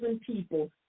people